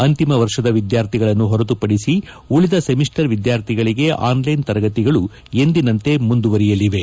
ಅಂತಿಮ ವರ್ಷದ ವಿದ್ಯಾರ್ಥಿಗಳನ್ನು ಹೊರತುಪಡಿಸಿ ಉಳಿದ ಸೆಮಿಸ್ಸರ್ ವಿದ್ಯಾರ್ಥಿಗಳಿಗೆ ಆನ್ಲೈನ್ ತರಗತಿಗಳು ಎಂದಿನಂತೆ ಮುಂದುವರೆಯಲಿವೆ